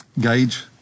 Gauge